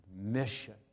mission